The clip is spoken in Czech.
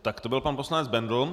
Tak to byl poslanec Bendl.